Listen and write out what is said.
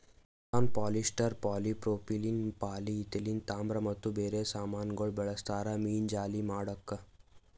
nylon, polyester, polypropylene, polyethylene, ತಾಮ್ರ ಮತ್ತ ಬೇರೆ ಸಾಮಾನಗೊಳ್ ಬಳ್ಸತಾರ್ ಮೀನುಜಾಲಿ ಮಾಡುಕ್